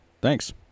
Thanks